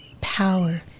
power